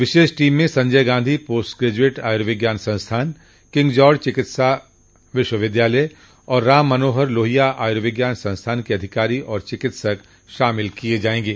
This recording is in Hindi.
विशेष टीम में संजय गांधी पोस्ट ग्रेजुएट आयुर्विज्ञान संस्थान किंग जॉर्ज चिकित्सा विश्वविद्यालय और राममनोहर लोहिया आयुर्विज्ञान संस्थान के अधिकारी और चिकित्सक शामिल किये जाएंगे